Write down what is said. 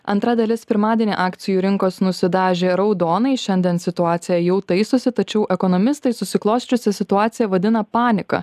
antra dalis pirmadienį akcijų rinkos nusidažė raudonai šiandien situacija jau taisosi tačiau ekonomistai susiklosčiusią situaciją vadina panika